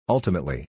Ultimately